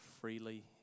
freely